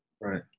Right